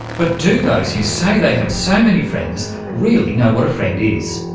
but do those who say they have so many friends really know what a friend is?